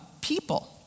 people